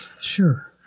Sure